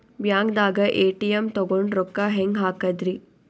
ಬ್ಯಾಂಕ್ದಾಗ ಎ.ಟಿ.ಎಂ ತಗೊಂಡ್ ರೊಕ್ಕ ಹೆಂಗ್ ಹಾಕದ್ರಿ?